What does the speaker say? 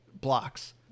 blocks